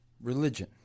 religion